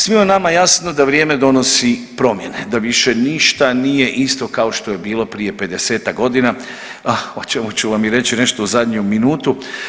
Svima nama je jasno da vrijeme donosi promjene, da više ništa nije isto kao što je bilo prije 50-tak godina, a o čemu ću vam i reći nešto u zadnju minutu.